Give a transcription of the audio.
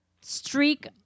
streak